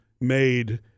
made